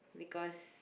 because